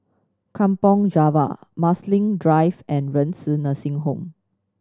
Kampong Java Marsiling Drive and Renci Nursing Home